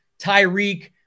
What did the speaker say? Tyreek